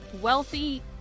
wealthy